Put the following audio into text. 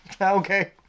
Okay